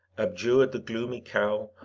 abjured the gloomy cowl,